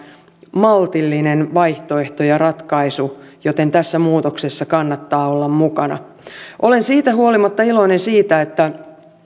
maltillinen vaihtoehto ja ratkaisu joten tässä muutoksessa kannattaa olla mukana olen siitä huolimatta iloinen siitä että